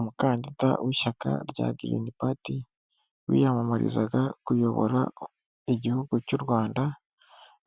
Umukandida w'ishyaka rya Green Part wiyamamarizaga kuyobora Igihugu cy'u Rwanda.